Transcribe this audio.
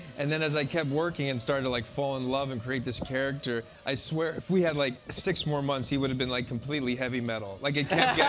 and then as i kept working and started to like fall in love and create this character, i swear if we had like six more months, he would have been like completely heavy metal. like it kept yeah